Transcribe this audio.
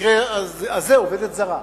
במקרה הזה עובדת זרה,